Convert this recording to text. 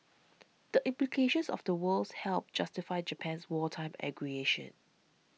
the implications of the words helped justify Japan's wartime aggression